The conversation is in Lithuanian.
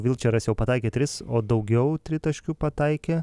vilčeras jau pataikė tris o daugiau tritaškių pataikė